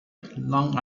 long